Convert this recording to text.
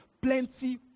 plenty